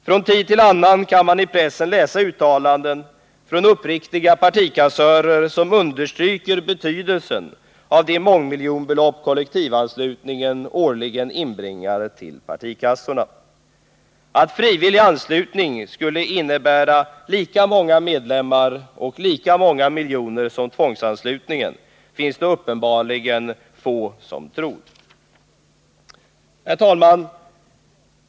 Från tid till annan kan man i pressen läsa uttalanden från uppriktiga partikassörer som understryker betydelsen av de mångmiljonbelopp kollektivanslutningen årligen inbringar till partikassorna. Att en frivillig anslutning skulle innebära lika många medlemmar och lika många miljoner som tvångsanslutningen finns det uppenbarligen få som tror. Herr talman!